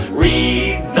read